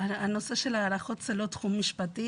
הנושא של ההערכות הוא לא תחום משפטי.